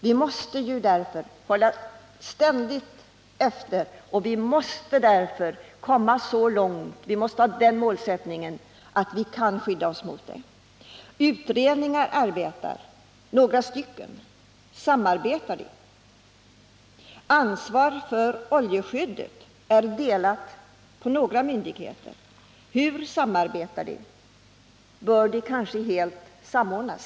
Vi måste därför ständigt hålla efter detta, och vi måste därför komma så långt att vi har den målsättningen att vi skall åstadkomma ett effektivt sätt att skydda oss mot det. Några utredningar arbetar med dessa frågor, men samarbetar de? Ansvaret för oljeskyddet är uppdelat på några myndigheter. Hur samarbetar de? Bör de kanske helt samordnas?